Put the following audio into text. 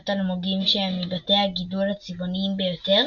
אלמוגים שהן מבתי־הגידול הצבעוניים ביותר